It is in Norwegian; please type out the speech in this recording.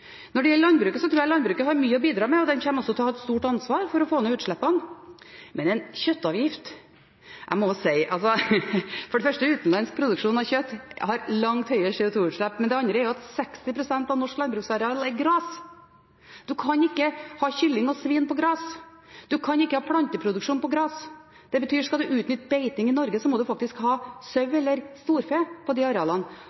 Når det gjelder landbruket, tror jeg det har mye å bidra med og kommer til å ha et stort ansvar for å få ned utslippene. Men en kjøttavgift – for det første har utenlandsk produksjon av kjøtt langt høyere CO2-utslipp, og for det andre er 60 pst. av norsk landbruksareal gress. Man kan ikke ha kylling og svin på gress. Man kan ikke ha planteproduksjon på gress. Det betyr at hvis man skal utnytte beiting i Norge, må man faktisk ha sau eller storfe på de arealene.